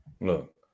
Look